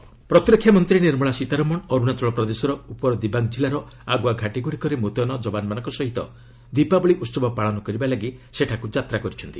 ସୀତାରମଣ ଅର୍ରଣାଚଳ ପ୍ରତିରକ୍ଷା ମନ୍ତ୍ରୀ ନିର୍ମଳା ସୀତାରମଣ ଅରୁଣାଚଳ ପ୍ରଦେଶର ଉପର ଦିବାଙ୍ଗ କିଲ୍ଲାର ଆଗୁଆ ଘାଟିଗୁଡ଼ିକରେ ମୃତ୍ୟନ ଯବାନମାନଙ୍କ ସହିତ ଦୀପାବଳି ଉହବ ପାଳନ କରିବାପାଇଁ ସେଠାକୁ ଯାତ୍ରା କରିଛନ୍ତି